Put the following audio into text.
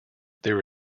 there